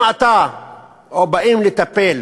אם באים לטפל